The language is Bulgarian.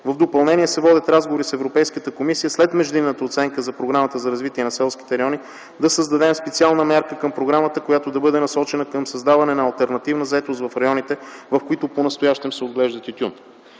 В допълнение се водят разговори с Европейската комисия, след междинната оценка за Програмата за развитие на селските райони, да създадем специална мярка към Програмата, която да бъде насочена към създаване на алтернативна заетост в районите, в които понастоящем се отглежда тютюн.